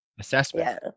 assessment